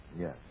Yes